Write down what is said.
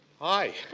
Hi